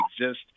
exist